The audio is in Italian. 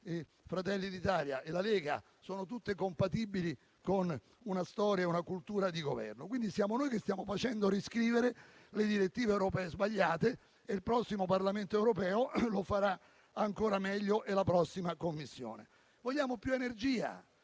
Fratelli d'Italia e la Lega, sono forze tutte compatibili con una storia e una cultura di Governo. Quindi, siamo noi che stiamo facendo riscrivere le direttive europee sbagliate e il prossimo Parlamento europeo e la prossima Commissione lo faranno ancora